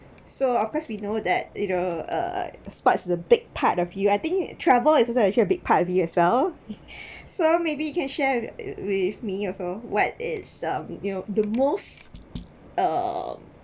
so of course we know that you know uh spots the big part of you I think travel is also actually a big part of you as well so maybe can share with with me also what is um you know the most um